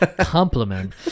compliment